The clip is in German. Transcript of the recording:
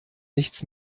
nichts